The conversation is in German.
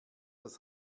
das